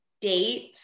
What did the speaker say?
dates